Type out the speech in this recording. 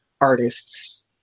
artists